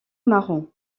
marron